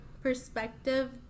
perspective